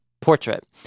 portrait